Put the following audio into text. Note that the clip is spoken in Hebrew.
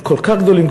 הם כל כך גדולים,